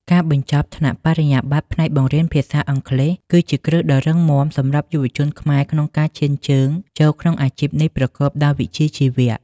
ការបញ្ចប់ថ្នាក់បរិញ្ញាបត្រផ្នែកបង្រៀនភាសាអង់គ្លេស គឺជាគ្រឹះដ៏រឹងមាំសម្រាប់យុវជនខ្មែរក្នុងការឈានជើងចូលក្នុងអាជីពនេះប្រកបដោយវិជ្ជាជីវៈ។